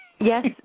Yes